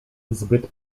zbyt